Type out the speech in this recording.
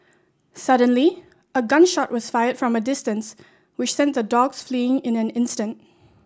suddenly a gun shot was fired from a distance which sent the dogs fleeing in an instant